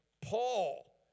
Paul